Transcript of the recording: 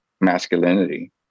masculinity